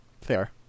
Fair